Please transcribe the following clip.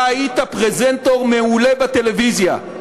אתה היית פרזנטור מעולה בטלוויזיה.